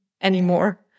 anymore